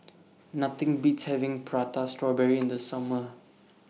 Nothing Beats having Prata Strawberry in The Summer